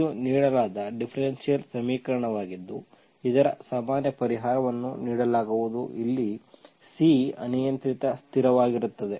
ಇದು ನೀಡಲಾದ ಡಿಫರೆನ್ಷಿಯಲ್ ಸಮೀಕರಣವಾಗಿದ್ದು ಇದರ ಸಾಮಾನ್ಯ ಪರಿಹಾರವನ್ನು ನೀಡಲಾಗುವುದು ಇಲ್ಲಿ C ಅನಿಯಂತ್ರಿತ ಸ್ಥಿರವಾಗಿರುತ್ತದೆ